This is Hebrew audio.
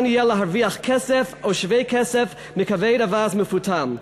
יהיה להרוויח כסף או שווה כסף מכבד אווז מפוטם.